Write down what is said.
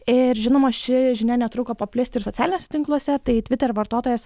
ir žinoma ši žinia netruko paplisti ir socialiniuos tinkluose tai twitter vartotojas